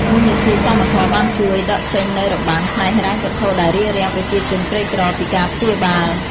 មូលនិធិសមធម៌បានជួយដកចេញនូវរបាំងផ្នែកហិរញ្ញវត្ថុដែលរារាំងប្រជាជនក្រីក្រពីការព្យាបាល។